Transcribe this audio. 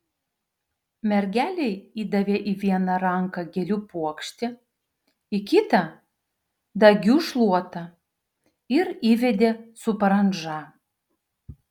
mergelei įdavė į vieną ranką gėlių puokštę į kitą dagių šluotą ir įvedė su parandža